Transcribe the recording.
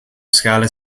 scala